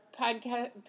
podcast